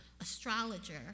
astrologer